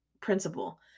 principle